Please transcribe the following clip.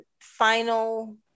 final